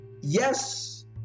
yes